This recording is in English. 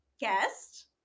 guest